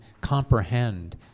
comprehend